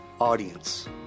audience